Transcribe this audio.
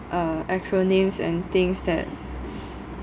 uh acronyms and things that